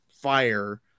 fire